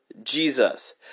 Jesus